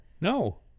no